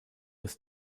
ist